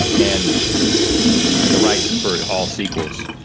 and and the rights for all sequels.